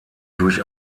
durch